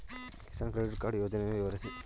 Kisan credit card ಯೋಜನೆಯನ್ನು ವಿವರಿಸಿ?